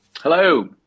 Hello